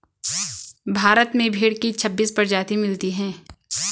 भारत में भेड़ की छब्बीस प्रजाति मिलती है